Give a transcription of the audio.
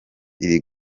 iri